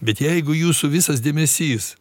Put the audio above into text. bet jeigu jūsų visas dėmesys